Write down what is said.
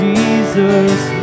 Jesus